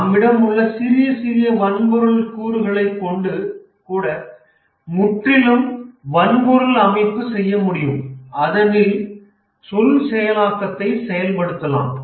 நம்மிடம் உள்ள சிறிய சிறிய வன்பொருள் கூறுகளை கொண்டு கூட முற்றிலும் வன்பொருள் அமைப்பு செய்ய முடியும் அதனில் சொல் செயலாக்கத்தையும் செயல்படுத்தலாம்